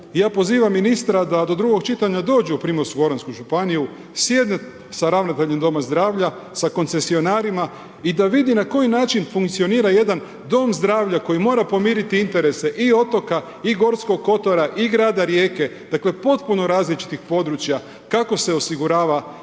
ja pozivam ministar da do drugog čitanja dođe u Primorsko goransku županiju, sjede sa ravnateljem doma zdravlja, sa koncesionarima i da vidim na koji način funkcionira jedan dom zdravlja koji mora pomiriti interese i otoka i Gorskog kotara i grada Rijeke, dakle, potpuno različnih područja, kako se osigurava kvalitetnija